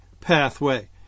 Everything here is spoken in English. pathway